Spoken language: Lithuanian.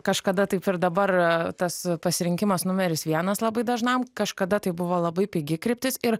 kažkada taip ir dabar tas pasirinkimas numeris vienas labai dažnam kažkada tai buvo labai pigi kryptis ir